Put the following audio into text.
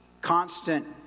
constant